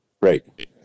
Right